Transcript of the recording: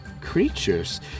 creatures